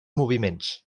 moviments